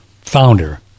founder